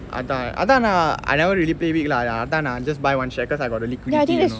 அதான் அதான்:athaan athaan naa I never really play big lah ya அதான்:athaan I just buy one share cause I got the liquidity you know